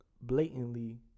blatantly